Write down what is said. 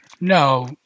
No